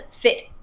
fit